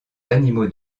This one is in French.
animaux